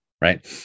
right